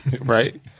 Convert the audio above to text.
Right